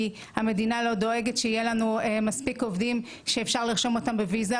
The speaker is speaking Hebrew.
כי המדינה לא דואגת שיהיה לנו מספיק עובדים שאפשר לרשום אותם בוויזה,